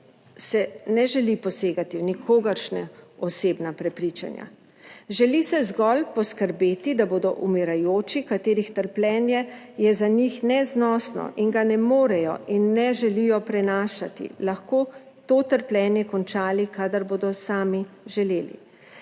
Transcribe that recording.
se ne želi posegati v nikogaršnja osebna prepričanja. Želi se zgolj poskrbeti, da bodo umirajoči, katerih trpljenje je za njih neznosno in ga ne morejo in ne želijo prenašati, lahko to trpljenje končali, kadar bodo sami želeli.